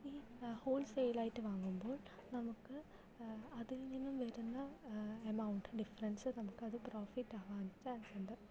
ഈ ഹോൾസെയിലായിട്ട് വാങ്ങുമ്പോൾ നമുക്ക് അതിൽ നിന്നും വരുന്ന എമൌണ്ട് ഡിഫറൻസ് നമുക്കത് പ്രോഫിറ്റാവാനും ചാൻസുണ്ട്